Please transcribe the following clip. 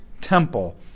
temple